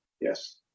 yes